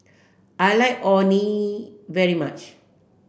I like Orh Nee very much